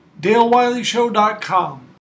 DaleWileyShow.com